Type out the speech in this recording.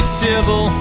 civil